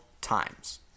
times